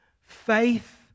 faith